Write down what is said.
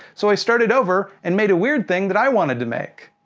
so i started over, and made a weird thing that i wanted to make.